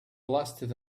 lasted